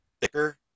thicker